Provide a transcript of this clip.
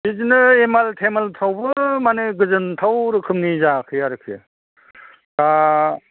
बिदिनो M I L टेमायलफ्रावबो माने गोजोनथाव रोखोमनि जायाखै आरोखि दा